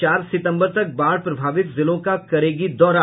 चार सितम्बर तक बाढ़ प्रभावित जिलों का करेगी दौरा